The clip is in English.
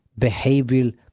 behavioral